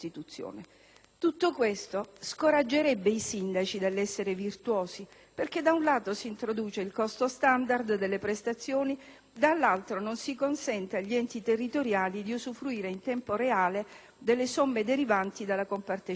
Tutto ciò scoraggerebbe i sindaci dall'essere virtuosi, perché da un lato si introduce il costo standard delle prestazioni, dall'altro non si consente agli enti territoriali di usufruire in tempo reale delle somme derivanti dalla compartecipazione